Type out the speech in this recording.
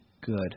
good